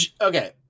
Okay